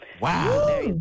Wow